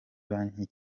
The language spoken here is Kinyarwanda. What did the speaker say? banki